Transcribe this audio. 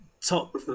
top